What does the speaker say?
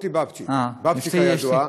מוטי בבצ'יק, בבצ'יק הידוע.